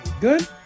good